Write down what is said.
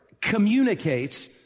communicates